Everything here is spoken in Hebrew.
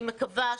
אני מקווה,